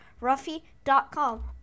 Ruffy.com